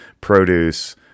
produce